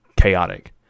chaotic